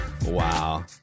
Wow